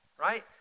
right